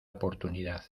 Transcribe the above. oportunidad